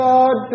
God